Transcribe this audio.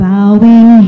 Bowing